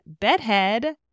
Bedhead